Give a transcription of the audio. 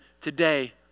today